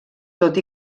tot